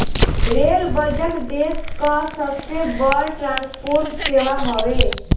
rail budget देस कअ सबसे बड़ ट्रांसपोर्ट सेवा हवे